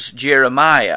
Jeremiah